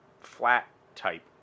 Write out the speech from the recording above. flat-type